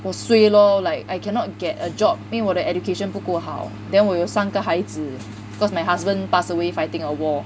我 sway lor like I cannot get a job 因为我的 education 不够好 then 我有三个孩子 because my husband passed away fighting a war